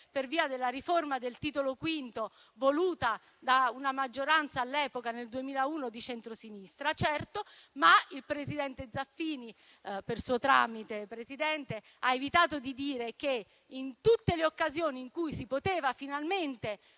per via della riforma del Titolo V, voluta da una maggioranza all'epoca (nel 2001) di centrosinistra. Certo, ma il presidente Zaffini - lo dico per suo tramite, Presidente - ha evitato di dire che, in tutte le occasioni in cui si poteva finalmente